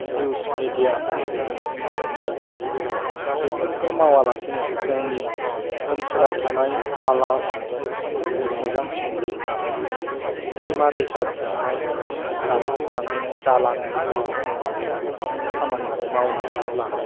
news मिडियाफोरनि गेजेरजों जों मिथिनो हायो दा बेफोरखौ मावालासेनो जोंनि ओनसोलाव थानाय बाला अन्थाइफोरखौ जोङो मोजां संरैखा होनानै दैमा दैसा थेनाय जाम्फै बानायनाय दालान लुनाय जों बेफोर खामानिखौ मावनो हायोब्ला